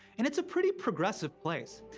and it's a pretty progressive place.